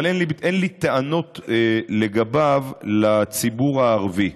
אבל אין לי טענות לגביו לציבור הערבי,